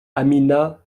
amina